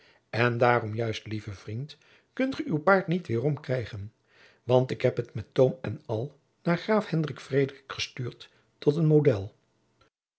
en daarom juist lieve vriend kunt ge uw paard niet weêrom krijgen want ik heb het met toom en al naar graaf hendrik frederik gestuurd tot een modél